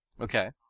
Okay